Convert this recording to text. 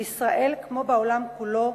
בישראל, כמו בעולם כולו,